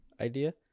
idea